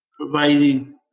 providing